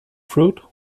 fruit